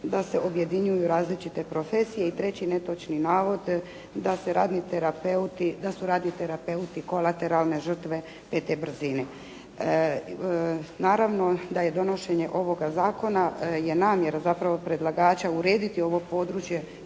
da se objedinjuju različite profesije. I treći netočni navod, da su radni terapeuti kolateralne žrtve pete brzine. Naravno da je donošenje ovoga zakona je namjera zapravo predlagača urediti ovo područje